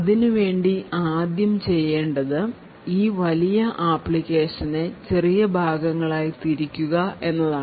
അതിനുവേണ്ടി ആദ്യം ചെയ്യേണ്ടത് ഈ വലിയ applicationനെ ചെറിയ ഭാഗങ്ങളായി തിരിക്കുക എന്നതാണ്